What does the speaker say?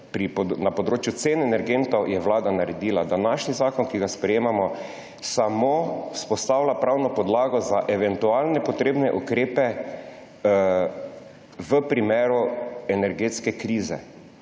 na področju cen energentov je vlada naredila. Današnji zakon, ki ga sprejemamo, vzpostavlja samo pravno podlago za eventualne ukrepe v primeru energetske krize.